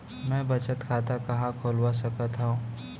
मै बचत खाता कहाँ खोलवा सकत हव?